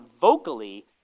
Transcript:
vocally